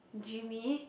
Jimmy